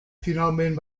finalment